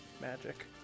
magic